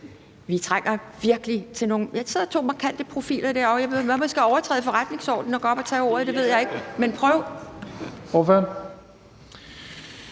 også er mødt op. Der sidder to markante profiler derovre. Det kan være, man skal overtræde forretningsordenen og gå op og tage ordet. Det ved jeg ikke, men prøv.